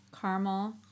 caramel